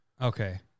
Okay